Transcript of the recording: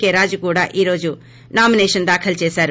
కే రాజు కూడా ఈ రోజు నామినేషన్ దాఖలు దేశారు